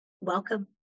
welcome